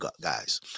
guys